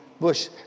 bush